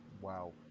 Wow